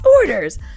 orders